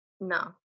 No